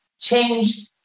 change